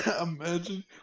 imagine